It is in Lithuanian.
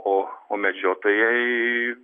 o o medžiotojai